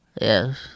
Yes